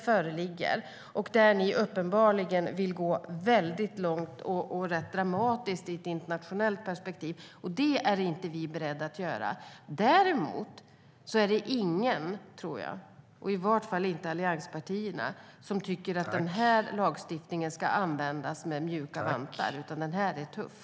Där vill ni uppenbarligen gå väldigt långt i ett internationellt perspektiv. Det är vi inte beredda att göra. Däremot är det ingen - i varje fall inte allianspartierna - som tycker att den här lagstiftningen ska tillämpas med mjuka vantar, utan den ska vara tuff.